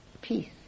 Peace